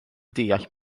deall